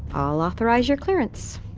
i'll authorize your clearance